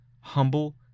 humble